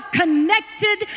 connected